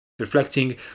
reflecting